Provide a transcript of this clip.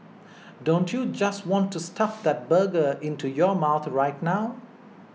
don't you just want to stuff that burger into your mouth right now